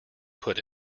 put